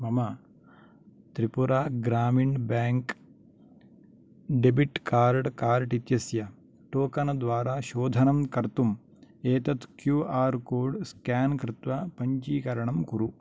मम Tripura Gramin bank debit card card इत्यस्य token द्वारा शोधनं कर्तुम् एतत् क्यू आर् कोड् स्केन् कृत्वा पञ्जीकरणं कुरु